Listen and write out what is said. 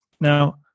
Now